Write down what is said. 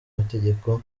mategeko